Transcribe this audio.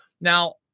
Now